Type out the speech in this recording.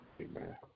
Amen